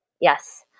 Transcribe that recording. yes